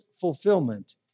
fulfillment